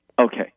Okay